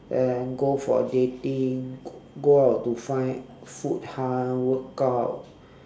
and go for a dating go out to find food ha workout